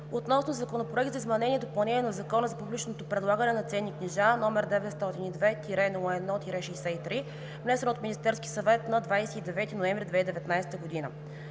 относно Законопроект за изменение и допълнение на Закона за публичното предлагане на ценни книжа, № 902-01-63, внесен от Министерския съвет на 29 ноември 2019 г.